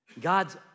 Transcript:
God's